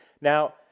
Now